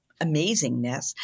amazingness